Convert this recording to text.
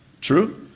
True